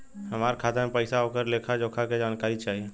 हमार खाता में पैसा ओकर लेखा जोखा के जानकारी चाही?